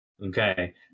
Okay